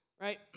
right